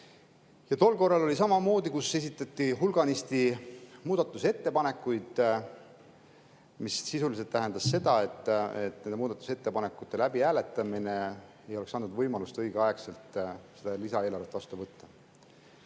Tol korral samamoodi esitati hulganisti muudatusettepanekuid, mis sisuliselt tähendas seda, et nende muudatusettepanekute läbihääletamine ei oleks andnud võimalust õigeaegselt lisaeelarvet vastu võtta.